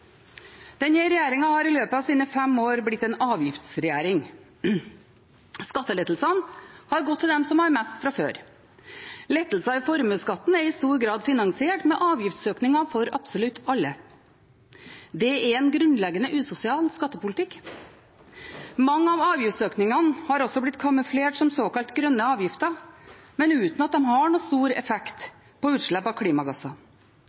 den annen side fester grep om makt og inntekter på stadig flere områder, og det skal jeg komme litt tilbake til. Denne regjeringen har i løpet av sine fem år blitt en avgiftsregjering. Skattelettelsene har gått til dem som har mest fra før. Lettelser i formuesskatten er i stor grad finansiert med avgiftsøkninger for absolutt alle. Det er en grunnleggende usosial skattepolitikk. Mange av avgiftsøkningene har også blitt kamuflert som såkalt grønne avgifter, men